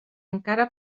encara